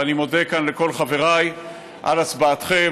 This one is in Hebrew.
ואני מודה כאן לכל חבריי על הצבעתכם,